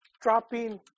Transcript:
dropping